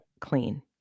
clean